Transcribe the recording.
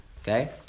Okay